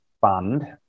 fund